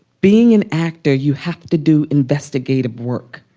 being an actor you have to do investigative work.